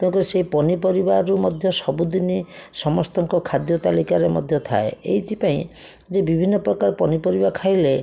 ତାକୁ ସେ ପନିପରିବା ଯେଉଁ ମଧ୍ୟ ସବୁଦିନ ସମସ୍ତଙ୍କ ଖାଦ୍ୟ ତାଲିକାରେ ମଧ୍ୟ ଥାଏ ଏଇଥିପାଇଁ ଯେ ବିଭିନ୍ନ ପ୍ରକାର ପନିପରିବା ଖାଇଲେ